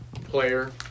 player